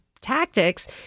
tactics